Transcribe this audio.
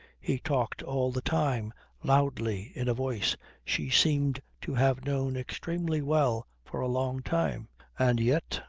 he talked all the time loudly in a voice she seemed to have known extremely well for a long time and yet,